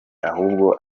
ahubwo